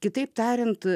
kitaip tariant